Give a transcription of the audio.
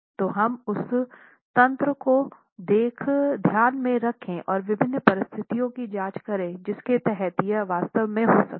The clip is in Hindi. तो हम उस तंत्र को ध्यान में रखें और विभिन्न परिस्थितियों की जांच करें जिसके तहत यह वास्तव में हो सकता है